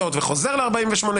שוב בסדר, נרשם.